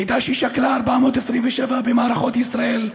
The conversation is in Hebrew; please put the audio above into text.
עדה ששכלה 427 במערכות ישראל,